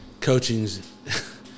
coaching's